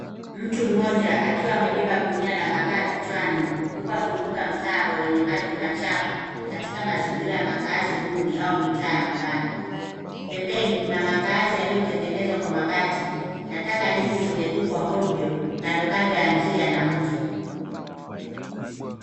Mtu mmoja akiwa amebeba gunia la makaa kichwani, huku akivuka mtaro wenye maji machafu katika mazingira ya makazi duni au mitaa ya mabanda. Pembeni kuna makazi yaliyotengenezwa kwa mabati, na taka nyingi zimetupwa ovyo kando kando ya njia na mto.